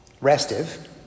restive